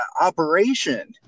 operation